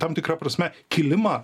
tam tikra prasme kilimą